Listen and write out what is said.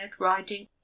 riding